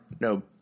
no